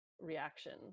reactions